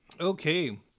Okay